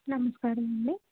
నమస్కారమండి